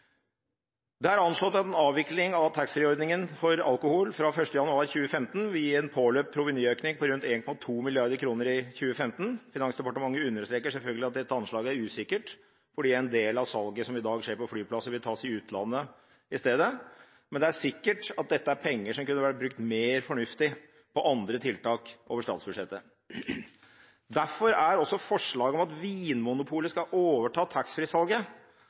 Det er anslått at en avvikling av taxfree-ordningen for alkohol fra 1. januar 2015 vil gi en påløpt provenyøkning på rundt 1,2 mrd. kr i 2015. Finansdepartementet understreker selvfølgelig at dette anslaget er usikkert, fordi en del av salget som i dag skjer på flyplasser, vil tas i utlandet i stedet. Men det er sikkert at dette er penger som kunne ha vært brukt mer fornuftig på andre tiltak over statsbudsjettet. Derfor er også forslaget om at Vinmonopolet skal overta